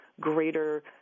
greater